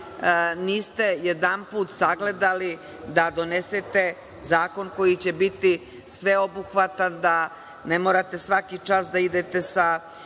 niste jedanput sagledali da donesete zakon koji će biti sveobuhvatan, da ne morate svaki čas da idete sa